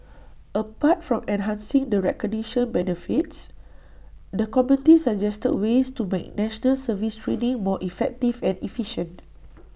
apart from enhancing the recognition benefits the committee suggested ways to make National Service training more effective and efficient